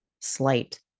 slight